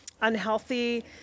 unhealthy